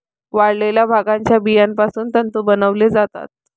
वाळलेल्या भांगाच्या बियापासून तंतू बनवले जातात